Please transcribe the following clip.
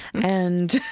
and,